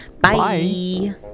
Bye